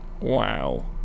Wow